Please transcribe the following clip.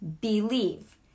believe